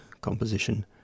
composition